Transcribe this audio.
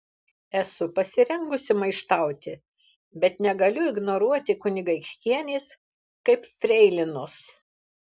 esu pasirengusi maištauti bet negaliu ignoruoti kunigaikštienės kaip freilinos